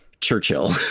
Churchill